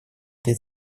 этой